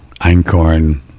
einkorn